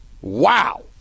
Wow